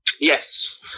Yes